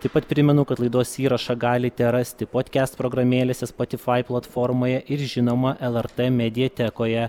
taip pat primenu kad laidos įrašą galite rasti potkest programėlėse spotifai platformoje ir žinoma lrt mediatekoje